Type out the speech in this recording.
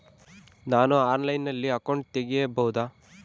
ನಾನು ಆನ್ಲೈನಲ್ಲಿ ಅಕೌಂಟ್ ತೆಗಿಬಹುದಾ?